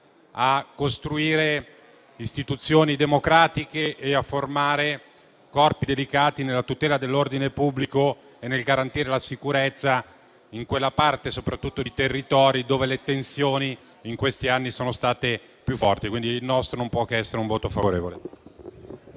a costruire istituzioni democratiche e a formare corpi dedicati alla tutela dell’ordine pubblico e a garantire la sicurezza soprattutto in quella parte di territori dove le tensioni in questi anni sono state più forti. Quindi, il nostro non può che essere un voto favorevole.